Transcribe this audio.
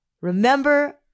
Remember